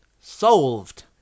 Solved